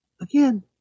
again